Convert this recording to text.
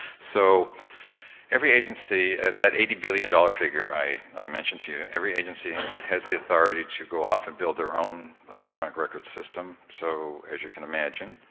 so every agency at that eighty billion dollars figure i i mentioned to you, every agency has the authority to go off and build their own electronic records system, so as you can imagine,